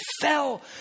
fell